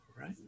Right